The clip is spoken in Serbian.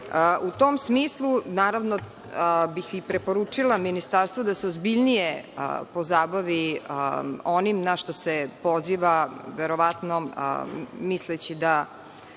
tom smislu, naravno preporučila bih ministarstvu da se ozbiljnije pozabavi onim na šta se poziva, verovatno, misleći da